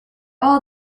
all